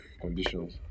conditions